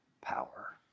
power